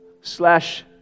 slash